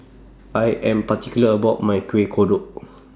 I Am particular about My Kuih Kodok